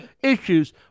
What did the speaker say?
issues